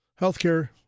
healthcare